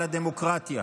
על הדמוקרטיה.